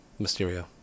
Mysterio